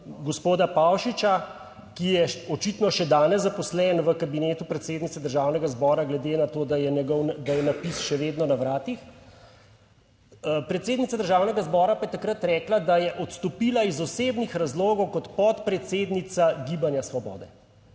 gospoda Pavšiča, ki je očitno še danes zaposlen v kabinetu predsednice Državnega zbora, glede na to, da je njegov, da je napis še vedno na vratih, predsednica Državnega zbora pa je takrat rekla, da je odstopila iz osebnih razlogov kot podpredsednica Gibanja Svobode.